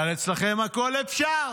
אבל אצלכם הכול אפשר.